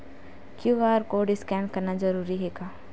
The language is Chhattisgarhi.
क्यू.आर कोर्ड स्कैन करना जरूरी हे का?